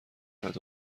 رود